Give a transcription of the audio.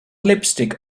lipstick